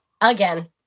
Again